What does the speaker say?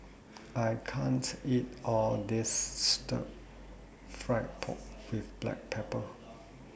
I can't eat All of This Stir Fry Pork with Black Pepper